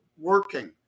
working